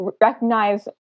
recognize